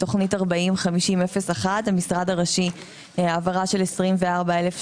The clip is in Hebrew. בתוכנית 40-50-01, המשרד הראשי העברה של 24,759